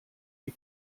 die